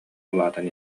улаатан